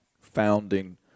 founding